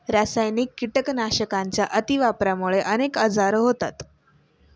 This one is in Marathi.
रासायनिक कीटकनाशकांच्या अतिवापरामुळे अनेक आजार होतात